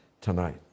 tonight